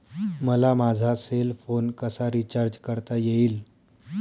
मला माझा cell phone कसा रिचार्ज करता येईल?